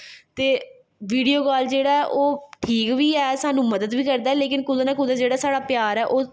ते video call जेह्ड़ा ऐ ओह् ठीक बी ऐ सानूं मदद बी करदा लेकिन कुदै ना कुदै जेह्ड़ा साढ़ा प्यार ऐ ओह्